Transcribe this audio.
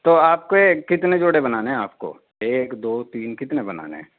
تو آپ کے کتنے جوڑے بنانے ہیں آپ کو ایک دو تین کتنے بنانے ہیں